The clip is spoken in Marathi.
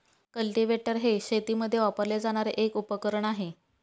कल्टीवेटर हे शेतीमध्ये वापरले जाणारे एक उपकरण आहे